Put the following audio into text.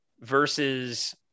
versus